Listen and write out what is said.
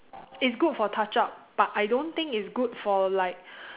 it's good for touch up but I don't think it's good for like